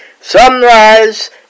Sunrise